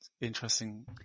interesting